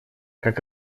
как